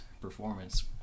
performance